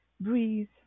breathe